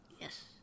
Yes